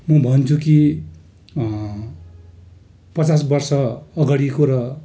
म भन्छु कि पचास वर्ष अगाडिको र